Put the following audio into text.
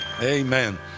Amen